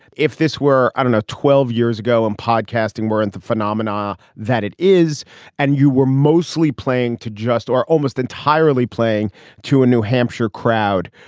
if this were, i don't know, twelve years ago and podcasting weren't the phenomena that it is and you were mostly playing to just or almost entirely playing to a new hampshire crowd,